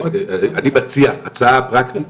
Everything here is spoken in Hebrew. אני מציע הצעה פרקטית,